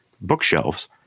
bookshelves